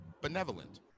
benevolent